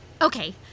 Okay